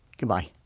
goodbye